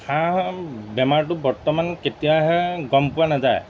হাঁহ বেমাৰটো বৰ্তমান কেতিয়াহে গম পোৱা নাযায়